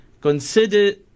consider